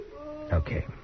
Okay